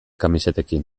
kamisetekin